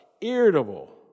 irritable